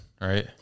right